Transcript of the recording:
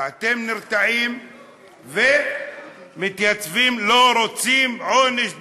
ואתם נרתעים ומתייצבים: לא רוצים עונש מוות.